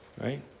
right